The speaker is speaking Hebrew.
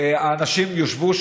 האנשים יושבו,